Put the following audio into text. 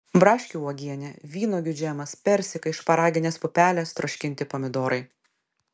braškių uogienė vynuogių džemas persikai šparaginės pupelės troškinti pomidorai